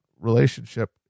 relationship